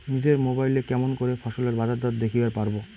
নিজের মোবাইলে কেমন করে ফসলের বাজারদর দেখিবার পারবো?